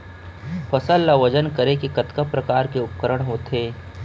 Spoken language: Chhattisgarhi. फसल ला वजन करे के कतका प्रकार के उपकरण होथे?